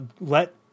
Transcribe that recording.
let